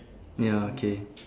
ya okay